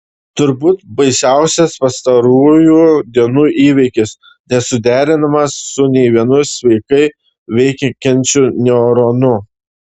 turbūt baisiausias pastarųjų dienų įvykis nesuderinamas su nei vienu sveikai veikiančiu neuronu